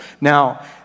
Now